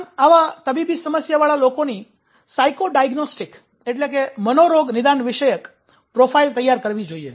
આમ આવા તબીબી સમસ્યાઓવાળા લોકોની સાયકો ડાયગ્નોસ્ટિક મનોરોગ નિદાન વિષયક પ્રોફાઇલ તૈયાર કરવી જોઈએ